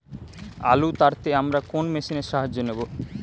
আলু তাড়তে আমরা কোন মেশিনের সাহায্য নেব?